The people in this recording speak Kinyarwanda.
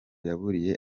yaburiyemo